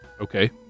Okay